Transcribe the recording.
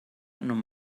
non